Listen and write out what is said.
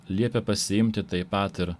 liepė pasiimti taip pat ir